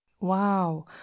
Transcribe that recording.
Wow